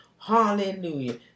Hallelujah